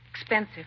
expensive